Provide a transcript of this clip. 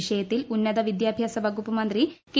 വിഷയത്തിൽ ഉന്നത വിദ്യാഭ്യാസ വകുപ്പ് മന്ത്രി കെ